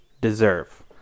deserve